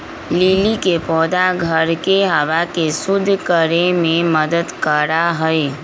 lily के पौधा घर के हवा के शुद्ध करे में मदद करा हई